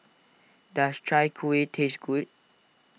does Chai Kuih taste good